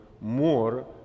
more